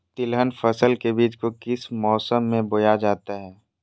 तिलहन फसल के बीज को किस मौसम में बोया जाता है?